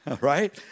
Right